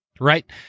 Right